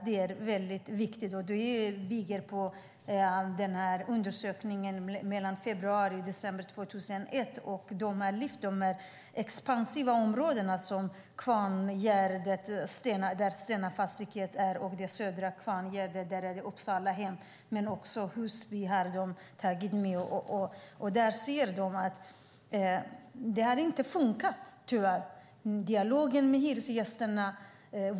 Det har gjorts en undersökning mellan februari och december 2001 där man har lyft fram de expansiva områdena Kvarngärdet med Stena Fastigheter och Södra Kvarngärdet med Uppsalahem, men även Husby är med. Den visar att dialogen tyvärr inte funkat.